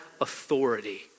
authority